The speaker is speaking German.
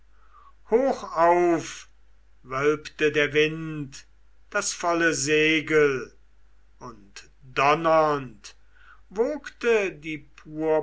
riemen hochauf wölbte der wind das volle segel und donnernd wogte die